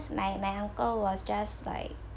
my my uncle was just like